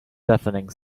deafening